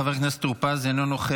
חבר הכנסת טור פז, אינו נוכח.